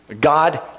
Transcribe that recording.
God